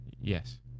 Yes